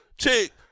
chick